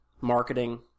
marketing